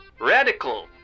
radical